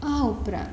આ ઉપરાંત